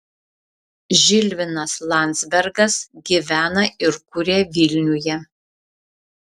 žilvinas landzbergas gyvena ir kuria vilniuje